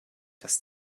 das